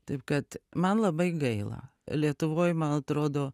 taip kad man labai gaila lietuvoj man atrodo